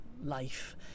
life